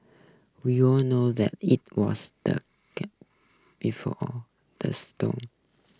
we all knew that it was the calm before the storm